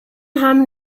haben